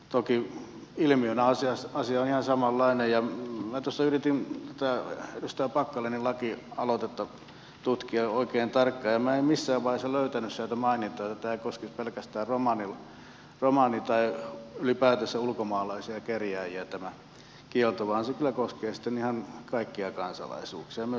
toki ilmiönä asia on ihan samanlainen ja minä tuossa yritin tätä edustaja packalenin lakialoitetta tutkia oikein tarkkaan ja minä en missään vaiheessa löytänyt sieltä mainintaa että tämä kielto koskisi pelkästään romani tai ylipäätänsä ulkomaalaisia kerjääjiä vaan se kyllä koskee sitten ihan kaikkia kansalaisuuksia myös suomalaisia